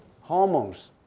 hormones